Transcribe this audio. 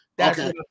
Okay